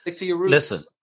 Listen